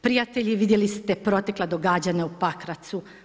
Prijatelji, vidjeli ste protekla događanja u Pakracu.